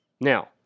Now